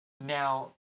now